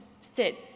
sit